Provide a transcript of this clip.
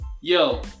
yo